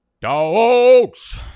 dogs